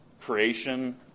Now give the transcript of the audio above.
creation